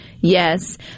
yes